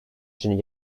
için